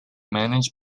managed